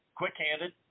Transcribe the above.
quick-handed